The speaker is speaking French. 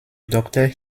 docteur